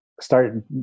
start